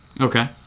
Okay